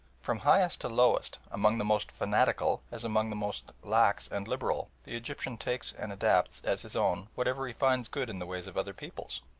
from highest to lowest, among the most fanatical as among the most lax and liberal, the egyptian takes and adopts as his own whatever he finds good in the ways of other peoples.